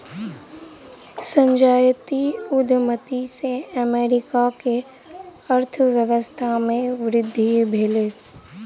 संजातीय उद्यमिता से अमेरिका के अर्थव्यवस्था में वृद्धि भेलै